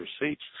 receipts